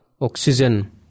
Oxygen